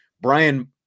Brian